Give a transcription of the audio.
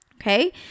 okay